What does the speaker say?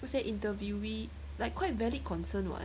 那些 interviewee like quite valid concern what